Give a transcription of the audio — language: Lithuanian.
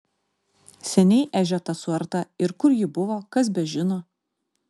seniai ežia ta suarta ir kur ji buvo kas bežino